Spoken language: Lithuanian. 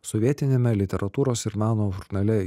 sovietiniame literatūros ir meno žurnale